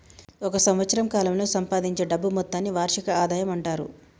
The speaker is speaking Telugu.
ఒక సంవత్సరం కాలంలో సంపాదించే డబ్బు మొత్తాన్ని వార్షిక ఆదాయం అంటారు